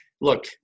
look